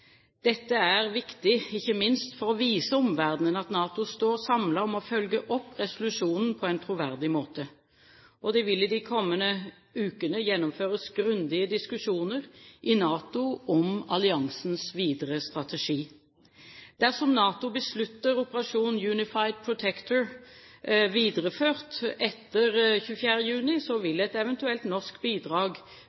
Dette er viktig ikke minst for å vise omverdenen at NATO står samlet om å følge opp resolusjonen på en troverdig måte. Det vil i de kommende ukene gjennomføres grundige diskusjoner i NATO om alliansens videre strategi. Dersom NATO beslutter operasjon Unified Protector videreført etter 24. juni, vil